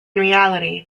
reality